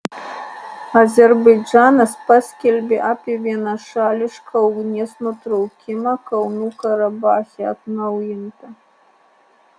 azerbaidžanas paskelbė apie vienašališką ugnies nutraukimą kalnų karabache atnaujinta